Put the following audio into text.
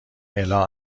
الا